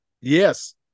yes